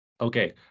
okay